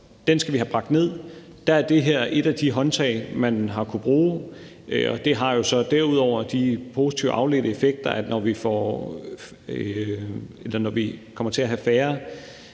Den skal vi have bragt ned. Der er det her et af de håndtag, man har kunnet bruge. Det har jo så derudover de positive afledte effekter, at når vi kommer til at have færre